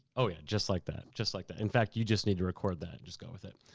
oh yeah, just like that, just like that. in fact, you just need to record that, and just go with it.